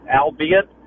albeit